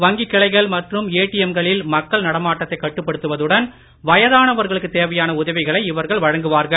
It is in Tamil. வங்கிக் கிளைகள் மற்றும் ஏடிஎம் களில் மக்கள் நடமாட்டத்தைக் கட்டுப்படுத்துவதுடன் வயதானவர்களுக்குத் தேவையான உதவிகளை இவர்கள் வழங்குவார்கள்